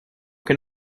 can